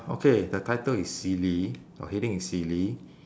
okay the title is silly or heading is silly